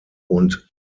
und